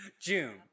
June